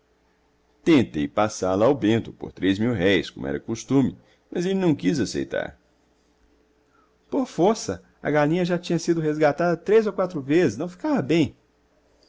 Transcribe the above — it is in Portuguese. mais tentei passá la ao bento por três mil-réis como era costume mas ele não quis aceitar por força a galinha já tinha sido resgatada três ou quatro vezes não ficava bem